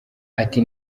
ati